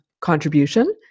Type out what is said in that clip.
contribution